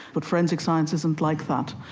but forensic science isn't like that.